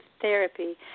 therapy